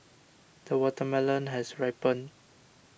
the watermelon has ripened